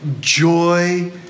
Joy